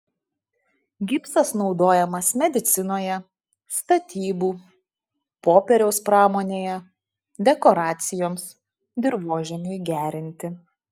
gipsas naudojamas medicinoje statybų popieriaus pramonėje dekoracijoms dirvožemiui gerinti